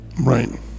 Right